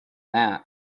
that